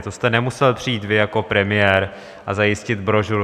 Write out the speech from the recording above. To jste nemusel přijít vy jako premiér a zajistit brožuru.